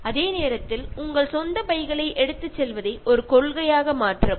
അതേസമയം ഷോപ്പിങ്ങിന് പോകുമ്പോൾ തുണി സഞ്ചി കരുതുന്നത് ഒരു സ്വഭാവം ആക്കി മാറ്റുക